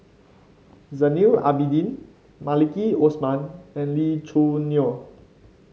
Zainal Abidin Maliki Osman and Lee Choo Neo